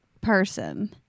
person